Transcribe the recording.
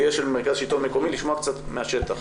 אשל ממרכז השלטון המקומי לשמוע קצת מהשטח.